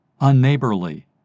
unneighborly